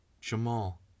Jamal